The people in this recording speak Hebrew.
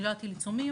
אני לא אטיל עיצומים.